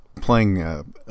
playing